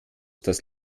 das